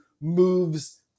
moves